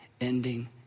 ending